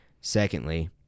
secondly